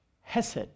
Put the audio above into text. Hesed